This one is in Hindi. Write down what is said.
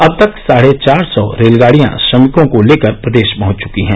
अब तक साढे चार सौ रेलगाडियां श्रमिकों को लेकर प्रदेश पहंच चुकी हैं